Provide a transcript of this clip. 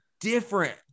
different